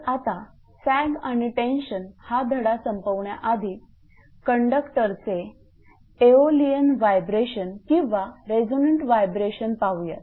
तर आता सॅग आणि टेन्शन हा धडा संपवण्याआधी कंडक्टरचे एओलियन व्हायब्रेशन किंवा रेझोनंट व्हायब्रेशन पाहुयात